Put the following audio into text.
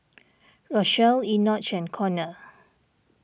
Rochelle Enoch and Konner